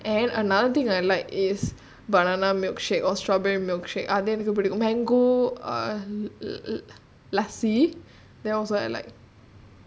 and another thing I like is banana milkshake or strawberry milkshake அதுஎனக்குபிடிக்கும்:adhu enaku pidikum mango uh lassi there's also like